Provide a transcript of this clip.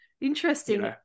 interesting